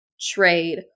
trade